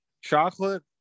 chocolate